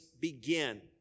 begin